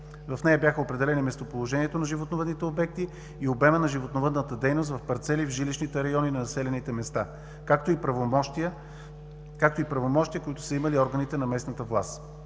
В нея бяха определени местоположението на животновъдните обекти и обемът на животновъдната дейност в парцели в жилищните райони на населените места, както и правомощия, които са имали органите на местната власт.